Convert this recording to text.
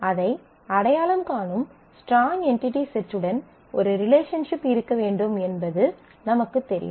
அதை அடையாளம் காணும் ஸ்ட்ராங் என்டிடி செட்டுடன் ஒரு ரிலேஷன்ஷிப் இருக்க வேண்டும் என்பது நமக்குத் தெரியும்